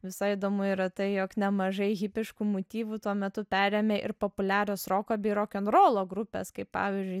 visai įdomu yra tai jog nemažai hipiškų motyvų tuo metu perėmė ir populiarios roko bei rokenrolo grupės kaip pavyzdžiui